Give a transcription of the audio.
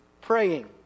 praying